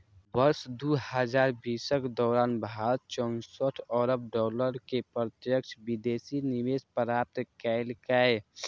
वर्ष दू हजार बीसक दौरान भारत चौंसठ अरब डॉलर के प्रत्यक्ष विदेशी निवेश प्राप्त केलकै